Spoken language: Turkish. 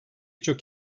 çok